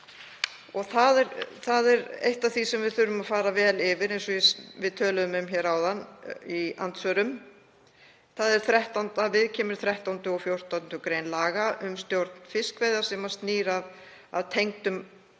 aðila. Eitt af því sem við þurfum að fara vel yfir, eins og við töluðum um áðan í andsvörum, viðkemur 13. og 14. gr. laga um stjórn fiskveiða og snýr að tengdum aðilum